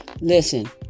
Listen